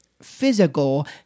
physical